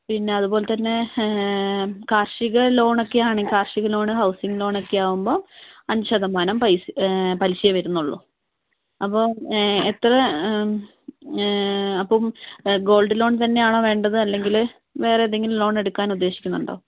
പിന്നെ അതുപോലെതന്നെ കാർഷിക ലോണൊക്കെയാണെങ്കിൽ കാർഷിക ലോണ് ഹൗസിങ്ങ് ലോണ് ഒക്കെയാവുമ്പോൾ അഞ്ച് ശതമാനം പലിശയെ വരുന്നുള്ളു അപ്പോൾ എത്ര അപ്പം ഗോൾഡ് ലോൺ തന്നെയാണോ വേണ്ടത് അല്ലെങ്കിൽ വേറെയേതെങ്കിലും ലോൺ എടുക്കാൻ ഉദ്ദേശിക്കുന്നുണ്ടോ